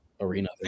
arena